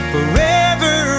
Forever